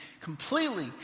completely